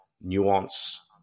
nuance